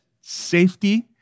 safety